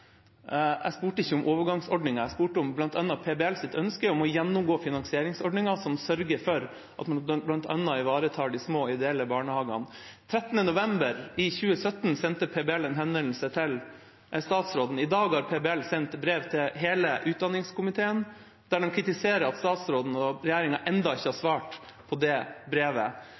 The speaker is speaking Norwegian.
Jeg spurte ikke om overgangsordninger. Jeg spurte om bl.a. PBLs ønske om å gjennomgå finansieringsordningen som sørger for at man bl.a. ivaretar de små og ideelle barnehagene. Den 13. november i 2017 sendte PBL en henvendelse til statsråden. I dag har PBL sendt brev til hele utdanningskomiteen der de kritiserer at statsråden og regjeringa ennå ikke har svart på det brevet.